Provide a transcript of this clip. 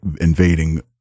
invading